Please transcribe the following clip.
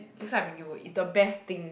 next time I bring you go is the best thing